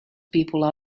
people